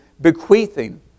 bequeathing